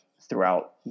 throughout